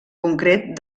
concret